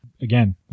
Again